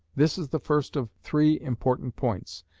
this is the first of three important points,